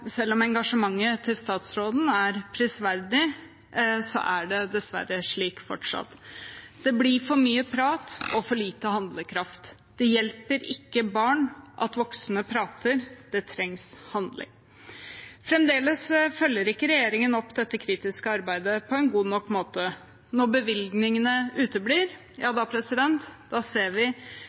Selv om engasjementet til statsråden er prisverdig, er det dessverre slik fortsatt. Det blir for mye prat og for lite handlekraft. Det hjelper ikke barn at voksne prater, det trengs handling. Fremdeles følger ikke regjeringen opp dette kritiske arbeidet på en god nok måte. Når bevilgningene uteblir – ja, da ser vi